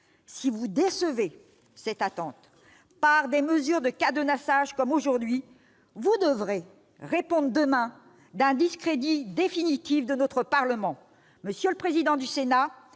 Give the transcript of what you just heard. Si vous décevez cette attente par des mesures de cadenassage comme aujourd'hui, vous devrez répondre demain d'un discrédit définitif de notre Parlement. Monsieur le président du Sénat,